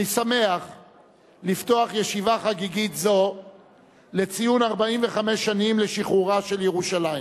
אני שמח לפתוח ישיבה חגיגית זו לציון 45 שנים לשחרורה של ירושלים.